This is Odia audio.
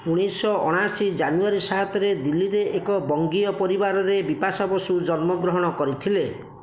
ଉଣେଇଶହ ଆଣାଅଶୀ ଜାନୁଆରୀ ସାତରେ ଦିଲ୍ଲୀରେ ଏକ ବଙ୍ଗୀୟ ପରିବାରରେ ବିପାଶା ବସୁ ଜନ୍ମଗ୍ରହଣ କରିଥିଲେ